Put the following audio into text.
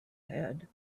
had